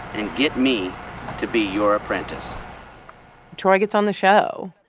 and get me to be your apprentice troy gets on the show.